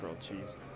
cheese